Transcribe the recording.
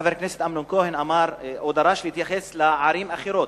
חבר הכנסת אמנון כהן אמר או דרש להתייחס לערים אחרות.